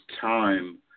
time